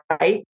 right